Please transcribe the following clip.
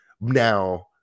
now